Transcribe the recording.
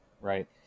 right